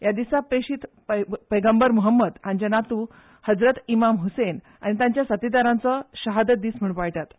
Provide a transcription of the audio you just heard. ह्या दिसा प्रेसील पैंगबर मुहम्मद हांचे नातू हजरत इमाम हसैन आनी तांच्या वांगड्यांचो शहादत दीस म्हणून पाळटात